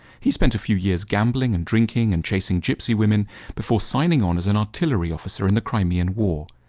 he spent a few years gambling and drinking and chasing gypsy women before signing on as an artillery officer in the crimean war.